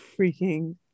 Freaking